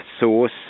source